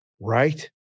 Right